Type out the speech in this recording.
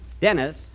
Dennis